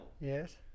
Yes